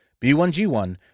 B1G1